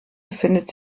befindet